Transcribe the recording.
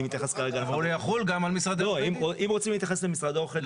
אני מתייחס כרגע --- אבל הוא יחול גם על משרדי עורכי דין.